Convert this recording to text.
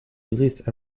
released